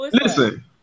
Listen